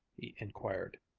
he inquired.